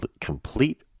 complete